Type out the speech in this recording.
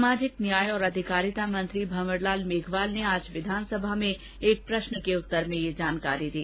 सामाजिक न्याय और अधिकारिता मंत्री भंवर लाल मेघवाल ने आज विधानसभा में एक तारांकित प्रष्न के उत्तर में यह जानकारी दी